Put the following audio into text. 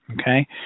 Okay